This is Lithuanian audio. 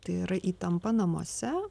tai yra įtampa namuose